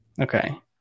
Okay